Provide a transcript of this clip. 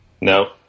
No